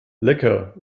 lecker